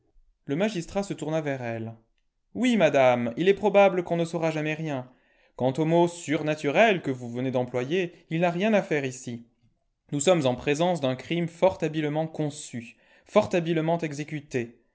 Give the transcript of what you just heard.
le magistrat se tourna vers elle oui madame il est probable qu'on ne saura jamais rien quant au mot surnaturel que vous venez d'employer il n'a rien à faire ici nous sommes en présence d'un crime fort habilement conçu fort habilement exécuté